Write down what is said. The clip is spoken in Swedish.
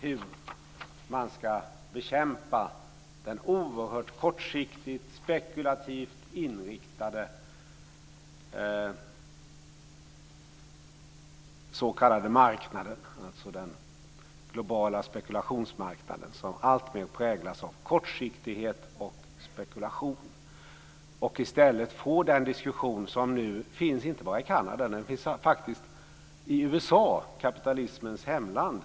Hur ska man bekämpa den oerhört kortsiktigt spekulativt inriktade s.k. marknaden, dvs. den globala spekulationsmarknaden, som alltmer präglas av kortsiktighet och spekulation? Hur ska man i stället få den diskussion som finns i Kanada? Den finns förresten inte bara där, utan den finns faktiskt också i USA - i kapitalismens hemland.